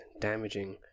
damaging